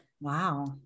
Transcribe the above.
Wow